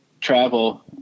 travel